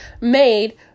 made